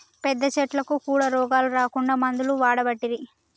పెద్ద చెట్లకు కూడా రోగాలు రాకుండా మందులు వాడబట్టిరి